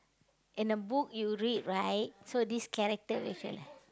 in a book you read right so this character which one